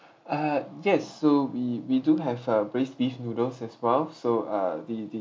uh yes so we we do have a braised beef noodles as well so uh the the